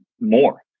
more